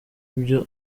ibyo